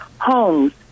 homes